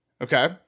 Okay